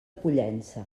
pollença